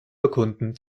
bekunden